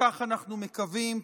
כך אנחנו מקווים,